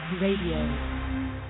Radio